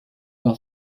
par